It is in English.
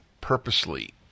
purposely